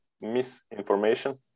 misinformation